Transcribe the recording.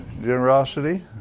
Generosity